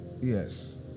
Yes